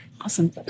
Awesome